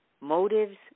motives